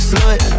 Slut